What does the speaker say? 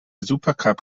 supercup